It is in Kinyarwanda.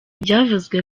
byavuzwe